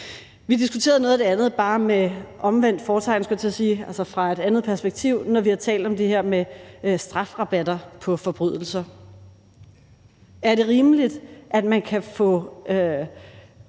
Vi diskuterede noget af det andet, bare med omvendt fortegn, skulle jeg til at sige, altså fra et andet perspektiv, når vi har talt om det her med strafrabatter på forbrydelser. Er det rimeligt, at man kan få